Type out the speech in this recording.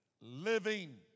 living